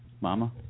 Mama